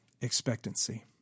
expectancy